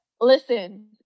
Listen